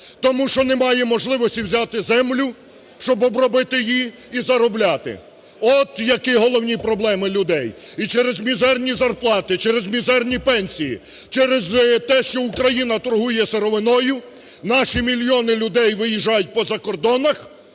тому що немає можливості взяти землю, щоб обробити її і заробляти. От які головні проблеми людей. І через мізерні зарплати, через мізерні пенсії, через те, що Україна торгує сировиною наші мільйони людей виїжджають по закордонах